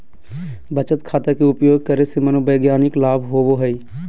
बचत खाता के उपयोग करे से मनोवैज्ञानिक लाभ होबो हइ